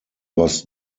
was